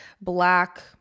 black